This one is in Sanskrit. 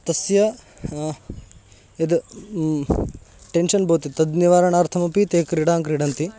तस्य यद् टेन्शन् भवति तद् निवारणार्थमपि ते क्रीडां क्रीडन्ति